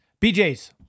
BJ's